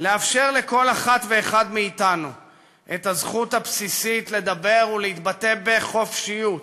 לאפשר לכל אחת ואחד מאתנו את הזכות הבסיסית לדבר ולהתבטא בחופשיות,